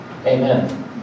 Amen